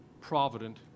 provident